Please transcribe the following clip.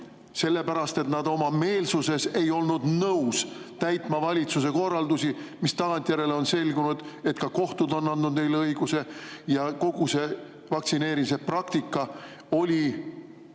sellepärast, et nad oma meelsuses ei olnud nõus täitma valitsuse korraldusi. Mis tagantjärele on selgunud? Et ka kohtud on andnud neile õiguse ja kogu see vaktsineerimise praktika oli